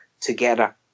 together